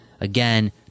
again